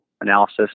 analysis